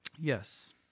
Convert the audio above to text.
Yes